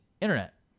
internet